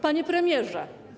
Panie Premierze!